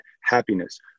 happiness